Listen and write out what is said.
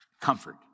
comfort